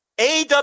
aw